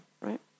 right